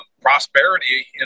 prosperity